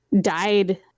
died